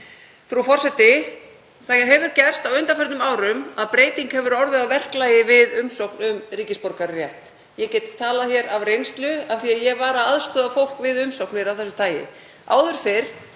Frú forseti. Það hefur gerst á undanförnum árum að breyting hefur orðið á verklagi við umsókn um ríkisborgararétt. Ég get talað af reynslu af því að ég var að aðstoða fólk við umsóknir af þessu tagi. Áður fyrr,